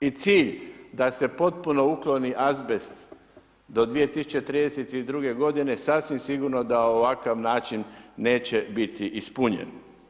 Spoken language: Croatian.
I cilj da se potpuno ukloni azbest do 2032. godine sasvim sigurno da ovakav način neće biti ispunjen.